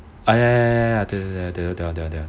ah ya ya ya that [one] that [one]